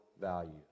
value